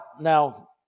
Now